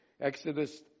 Exodus